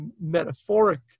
metaphoric